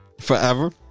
forever